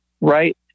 right